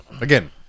Again